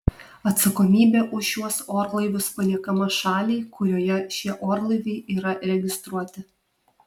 atsakomybė už šiuos orlaivius paliekama šaliai kurioje šie orlaiviai yra registruoti